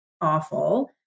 awful